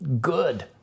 good